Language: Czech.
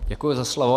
Děkuji za slovo.